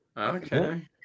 Okay